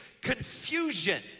confusion